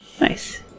nice